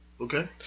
Okay